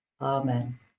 Amen